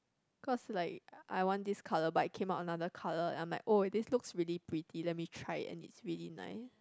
cause like I want this colour but it came out another colour I'm like oh this looks really pretty let me try it and it's really nice